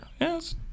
Yes